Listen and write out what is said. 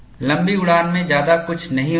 लंबी उड़ान में ज्यादा कुछ नहीं होता